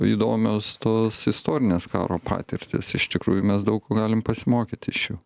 įdomios tos istorinės karo patirtys iš tikrųjų mes daug ko galim pasimokyt iš jų